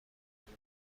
شاید